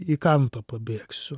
į kantą pabėgsiu